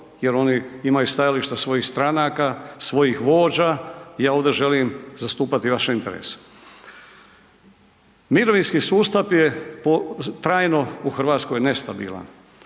jer oni imaju stajališta svojih stranaka, svojih vođa, ja ovdje želim zastupati vaše interese. Mirovinski sustav je trajno u Hrvatskoj nestabilan.